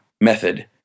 method